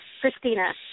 Christina